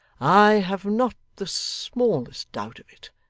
i have not the smallest doubt of it.